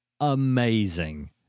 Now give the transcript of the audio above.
amazing